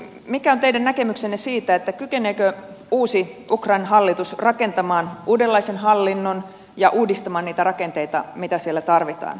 mikä on teidän näkemyksenne siitä kykeneekö uusi ukrainan hallitus rakentamaan uudenlaisen hallinnon ja uudistamaan niitä rakenteita mitä siellä tarvitaan